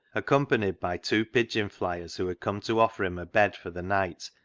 accompanied by two pigeon fliers who had come to offer him a bed for the night,